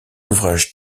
ouvrages